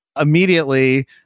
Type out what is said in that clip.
immediately